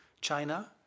China